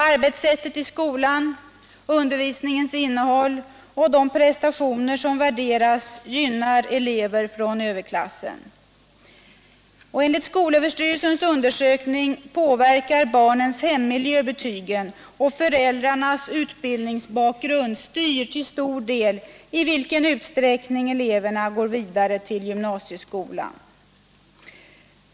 Arbetssättet i skolan, undervisningens innehåll och de prestationer som värderas gynnar elever från överklassen. Enligt skolöverstyrelsens undersökning påverkar barnens hemmiljö betygen och föräldrarnas utbildningsbakgrund styr till stor del i vilken utsträckning eleverna får gå vidare till gymnasieskolan.